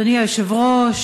אדוני היושב-ראש,